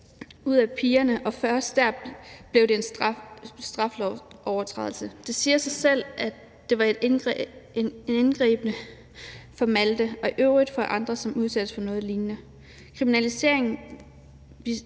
ud af pigerne, og først dér bliver det en straffelovsovertrædelse. Det siger sig selv, at det var en indgribende ting for Malte, og det er det i øvrigt også for andre, som udsættes for noget lignende.